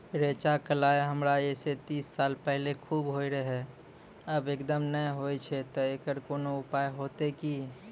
रेचा, कलाय हमरा येते तीस साल पहले खूब होय रहें, अब एकदम नैय होय छैय तऽ एकरऽ कोनो उपाय हेते कि?